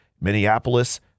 Minneapolis